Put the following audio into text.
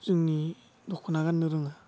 जोंनि दख'ना गाननो रोङा